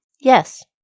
Yes